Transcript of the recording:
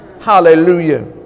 hallelujah